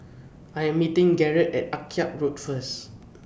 I Am meeting Garett At Akyab Road First